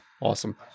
Awesome